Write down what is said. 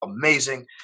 amazing